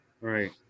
Right